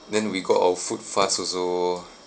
then we got our food fast also